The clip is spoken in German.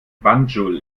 banjul